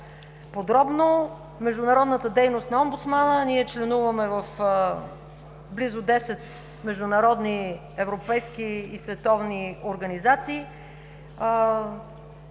подробно. Международната дейност на омбудсмана – членуваме в близо десет международни, европейски и световни организации